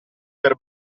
per